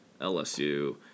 LSU